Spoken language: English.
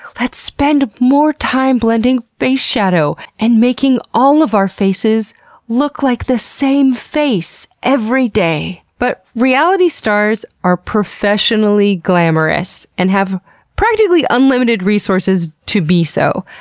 let's spend more time blending faceshadow, and making all of our faces look like the same face every day! but reality stars are professionally glamourous and have practically unlimited resources to be so.